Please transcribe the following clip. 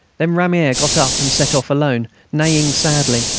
then ramier got up and set off alone, neighing sadly,